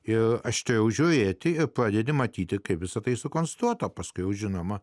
ir aštriau žiūrėti pradedi matyti kaip visa tai sukonstruota paskui jau žinoma